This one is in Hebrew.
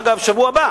אגב, בשבוע הבא